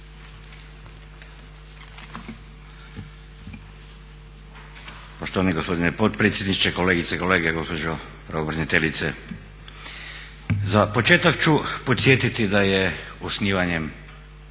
Poštovani gospodine potpredsjedniče, kolegice i kolege, gospođo pravobraniteljice. Za početak ću podsjetiti da je osnivanjem